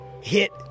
hit